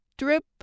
drip